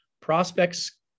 Prospects